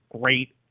great